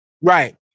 Right